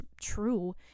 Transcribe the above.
true